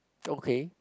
okay